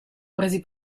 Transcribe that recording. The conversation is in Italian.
presi